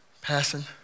passing